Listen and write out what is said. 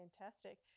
fantastic